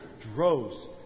droves